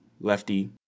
lefty